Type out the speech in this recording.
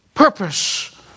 Purpose